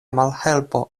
malhelpo